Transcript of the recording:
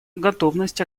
готовность